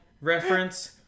reference